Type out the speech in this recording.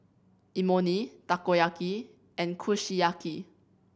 Imoni Takoyaki and Kushiyaki